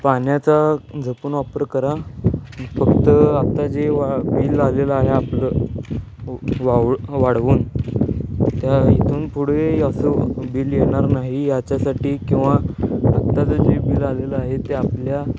पाण्याचा जपून वापर करा फक्त आत्ता जे वा बिल आलेलं आहे आपलं वाव वाढवून त्या इथून पुढे असं बिल येणार नाही याच्यासाठी किंवा आत्ताचं जे बिल आलेलं आहे ते आपल्या